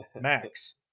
Max